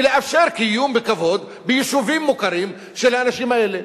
ולאפשר קיום בכבוד ביישובים מוכרים של האנשים האלה,